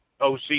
OC